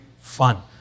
fun